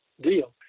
deal